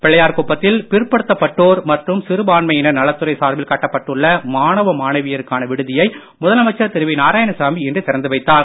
பிள்ளையார்குப்பத்தில் பிற்படுத்தப்பட்டோர் மற்றும் சிறுபான்மையினர் நலத்துறை சார்பில் கட்டப்பட்டுள்ள மாணவ மாணவியருக்கான விடுதியை முதலமைச்சர் திரு நாராயணசாமி இன்று திறந்து வைத்தார்